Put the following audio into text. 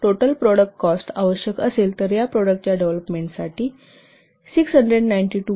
total product cost आवश्यक असेल तर या प्रॉडक्टच्या डेव्हलोपसाठी 692